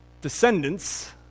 descendants